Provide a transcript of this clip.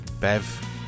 bev